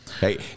Hey